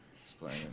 explain